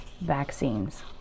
vaccines